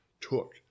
took